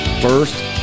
first